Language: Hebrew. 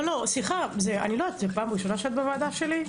זו פעם ראשונה שאת בוועדה שלי?